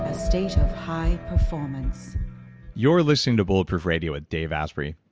a state of high performance you're listening to bulletproof radio with dave asprey.